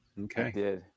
Okay